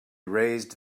raised